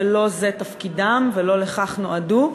שלא זה תפקידם ולא לכך נועדו,